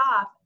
off